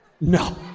No